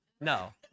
No